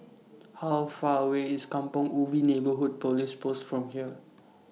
How Far away IS Kampong Ubi Neighbourhood Police Post from here